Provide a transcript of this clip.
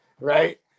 right